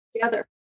together